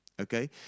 Okay